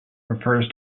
refers